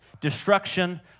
destruction